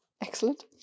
Excellent